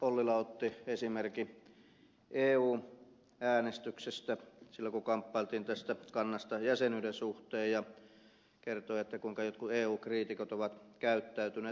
ollila otti esimerkin eu äänestyksestä siitä kun kamppailtiin tästä kannasta jäsenyyden suhteen ja kertoi kuinka jotkut eu kriitikot ovat käyttäytyneet